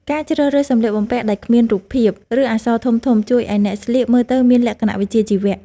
ការជ្រើសរើសសម្លៀកបំពាក់ដែលគ្មានរូបភាព ឬអក្សរធំៗជួយឱ្យអ្នកស្លៀកមើលទៅមានលក្ខណៈវិជ្ជាជីវៈ។